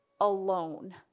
alone